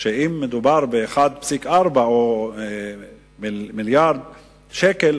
אם מדובר ב-1.4 מיליארד או במיליארד שקל,